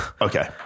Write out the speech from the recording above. okay